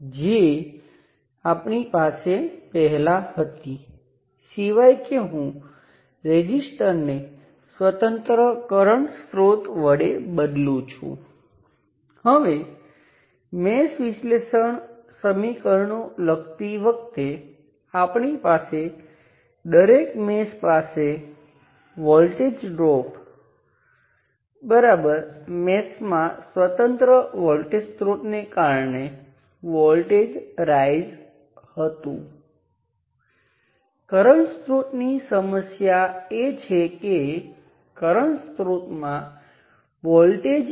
ચાલો કહીએ કે આ નોડ સાથે જોડાયેલ ત્યાં N શાખાઓ છે અને તેમાંથી n 1 માં સમાન ધ્રુવીયતા સાથે આ વોલ્ટેજ છે એટલે કે ઋણ આ નોડ સાથે અહીં જોડાયેલ છે અહીં આ સંકળાયેલ નોડ છે ત્યાં સર્કિટમાં અન્ય નોડ હશે પરંતુ આ તે નોડ છે જેના પર આપણે ધ્યાન કેન્દ્રિત કરીએ છીએ અને ત્યાં ઘણાં વોલ્ટેજ સ્ત્રોત છે જે તમામને નોડ તરફ ઋણ તરીકે વ્યાખ્યાયિત કરવામાં આવે છે અને તે બધાને બરાબર સરખો વોલ્ટેજ V છે